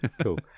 Cool